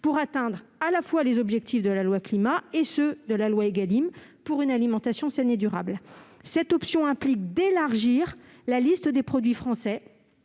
pour atteindre à la fois les objectifs de la loi Climat et ceux de la loi Égalim pour une alimentation saine et durable. Une telle option implique d'élargir la liste des produits français